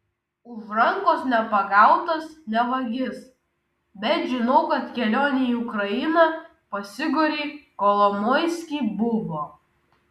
už rankos nepagautas ne vagis bet žinau kad kelionė į ukrainą pas igorį kolomoiskį buvo